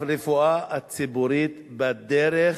הרפואה הציבורית בדרך,